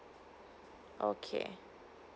okay